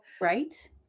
right